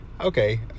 okay